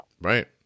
Right